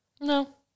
No